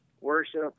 worship